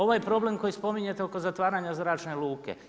Ovaj problem koji spominjete oko zatvaranja zračne luke.